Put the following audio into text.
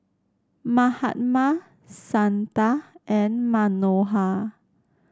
Mahatma Santha and Manohar